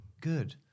good